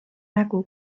nägu